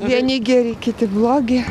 vieni geri kiti blogi